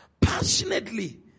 passionately